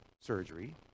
surgery